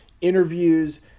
interviews